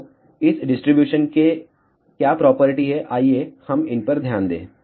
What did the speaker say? तो इस डिस्ट्रीब्यूशन के क्या प्रॉपर्टी हैं आइए हम इन पर ध्यान दें